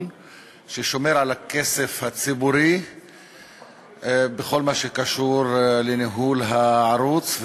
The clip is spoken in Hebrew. ששומר על הכסף הציבורי בכל מה שקשור לניהול הערוץ,